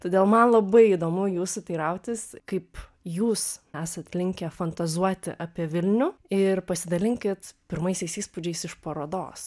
todėl man labai įdomu jūsų teirautis kaip jūs esat linkę fantazuoti apie vilnių ir pasidalinkit pirmaisiais įspūdžiais iš parodos